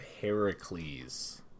heracles